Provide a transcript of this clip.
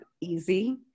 easy